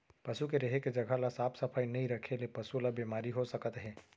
पसू के रेहे के जघा ल साफ सफई नइ रखे ले पसु ल बेमारी हो सकत हे